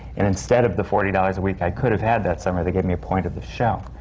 and instead of the forty dollars a week i could have had that summer, they gave me a point of the show.